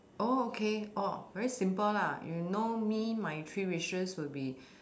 oh okay oh very simple lah you know me my three wishes will be